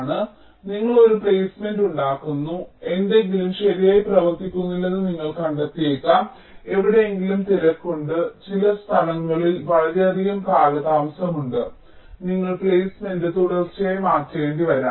അതിനാൽ നിങ്ങൾ ഒരു പ്ലെയ്സ്മെന്റ് ഉണ്ടാക്കുന്നു എന്തെങ്കിലും ശരിയായി പ്രവർത്തിക്കുന്നില്ലെന്ന് നിങ്ങൾ കണ്ടെത്തിയേക്കാം എവിടെയെങ്കിലും തിരക്ക് ഉണ്ട് ചില സ്ഥലങ്ങളിൽ വളരെയധികം കാലതാമസമുണ്ട് നിങ്ങൾ പ്ലെയ്സ്മെന്റ് തുടർച്ചയായി മാറ്റേണ്ടിവരാം